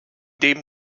dem